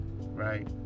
right